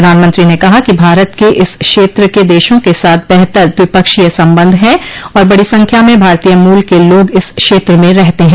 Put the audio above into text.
प्रधानमंत्री ने कहा कि भारत के इस क्षेत्र के देशों के साथ बेहतर द्विपक्षीय संबंध हैं और बड़ी संख्या में भारतीय मूल के लोग इस क्षेत्र में रहते हैं